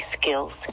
skills